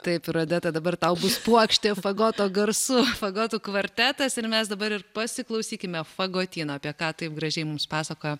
taip ir odeta dabar tau bus puokštė fagoto garsų fagotų kvartetas ir mes dabar ir pasiklausykime fagotyno apie ką taip gražiai mums pasakojo